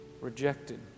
rejected